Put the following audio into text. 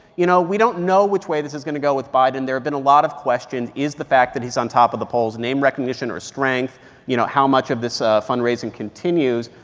you know, we don't know which way this is going to go with biden. there have been a lot of questions. is the fact that he's on top of the polls name recognition or strength you know, how much of this ah fundraising continues?